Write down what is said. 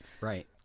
Right